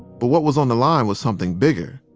but what was on the line was something bigger.